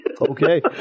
okay